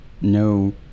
no